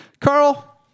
Carl